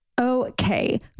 Okay